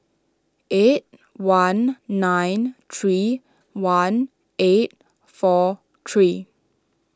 eight one nine three one eight four three